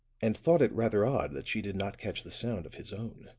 and thought it rather odd that she did not catch the sound of his own.